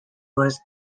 was